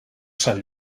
sant